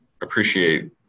appreciate